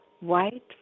white